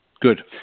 Good